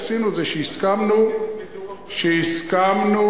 בפיזור הפגנות.